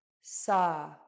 SA